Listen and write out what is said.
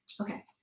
Okay